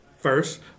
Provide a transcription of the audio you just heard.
First